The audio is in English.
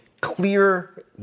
Clear